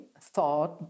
thought